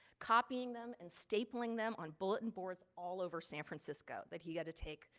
copying them and stapling them on bulletin boards all over san francisco that he got to take,